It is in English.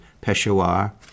Peshawar